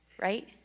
right